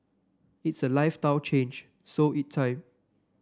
it's a lifestyle change so it time